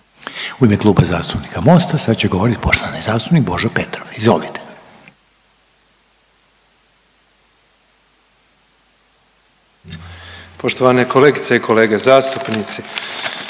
U ime Kluba zastupnika MOST-a sad će govoriti poštovani zastupnik Božo Petrov. Izvolite. **Petrov, Božo (MOST)** Poštovane kolegice i kolege zastupnici.